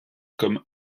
comme